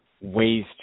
ways